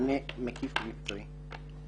מענה מקיף ומקצועי.